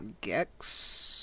Gex